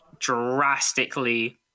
drastically